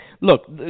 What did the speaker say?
look